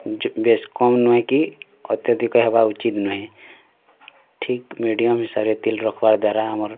ଯେ ବେଶ୍ କମ୍ ନୁହେଁ କି ଅତ୍ୟଧିକ ହେବା ଉଚିତ ନୁହେଁ ଠିକ୍ ମିଡ଼ିୟମ୍ ହିସାବରେ ତେଲ୍ ରଖବା ଦ୍ୱାରା ଆମର୍